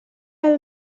will